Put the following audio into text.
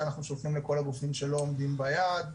שאנחנו שולחים לכל הגופים שלא עומדים ביעד.